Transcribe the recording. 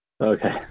Okay